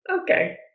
okay